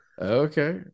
Okay